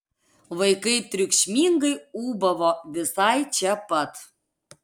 vaikai triukšmingai ūbavo visai čia pat